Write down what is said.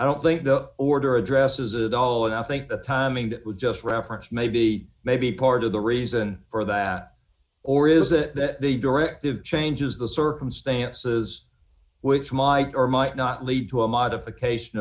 i don't think the order addresses it all and i think the timing that would just reference maybe maybe part of the reason for that or is that the direct changes the circumstances which might or might not lead to a modification